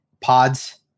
pods